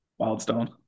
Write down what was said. Wildstone